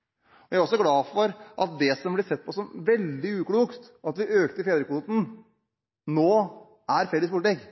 prioriteringen. Jeg er også glad for at det som ble sett på som veldig uklokt, at vi økte fedrekvoten, nå er felles politikk.